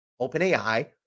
OpenAI